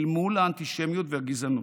אל מול האנטישמיות והגזענות,